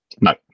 no